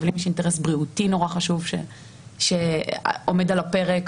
אבל אם יש אינטרס בריאותי נורא חשוב שעומד על הפרק,